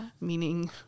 Meaning